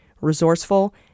resourceful